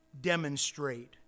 demonstrate